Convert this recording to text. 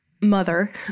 Mother